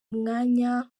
mwanya